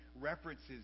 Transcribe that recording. references